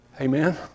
Amen